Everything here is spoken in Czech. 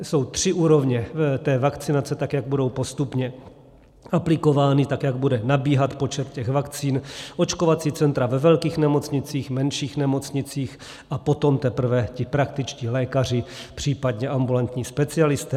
Jsou tři úrovně té vakcinace, tak jak budou postupně aplikovány, tak jak bude nabíhat počet těch vakcín, očkovací centra ve velkých nemocnicích, menších nemocnicích a potom teprve ti praktičtí lékaři, případně ambulantní specialisté.